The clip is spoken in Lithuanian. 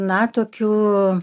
na tokiu